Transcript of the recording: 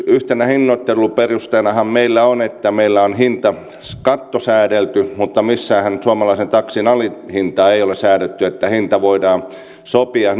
suomessa yhtenä hinnoitteluperusteenahan meillä on että meillä on hintakatto säädelty mutta missäänhän suomalaisen taksin alihintaa ei ole säädetty hinta voidaan sopia